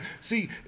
See